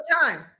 time